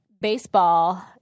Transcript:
baseball